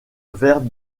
vers